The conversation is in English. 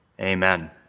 Amen